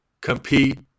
compete